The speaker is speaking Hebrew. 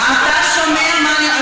אתה שומע מה אני אומרת?